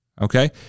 okay